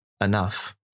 enough